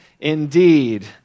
indeed